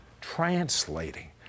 translating